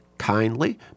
kindly